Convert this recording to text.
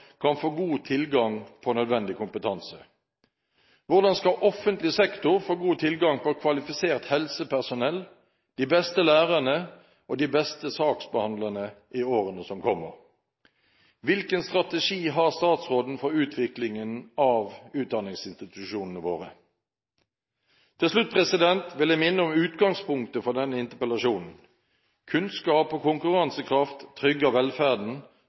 kan få god tilgang på nødvendig kompetanse? Hvordan skal offentlig sektor få god tilgang på kvalifisert helsepersonell, de beste lærerne og de beste saksbehandlerne i årene som kommer? Hvilken strategi har statsråden for utviklingen av utdanningsinstitusjonene våre? Til slutt vil jeg minne om utgangspunktet for denne interpellasjonen: Kunnskap og konkurransekraft trygger velferden.